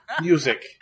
music